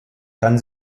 kann